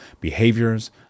behaviors